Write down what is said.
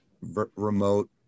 remote